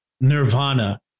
Nirvana